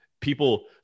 people